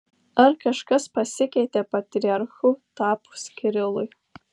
ar kažkas pasikeitė patriarchu tapus kirilui